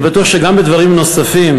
אני בטוח שגם בדברים נוספים,